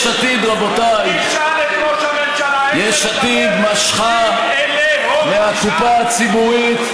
יש עתיד, רבותיי, משכה מהקופה הציבורית,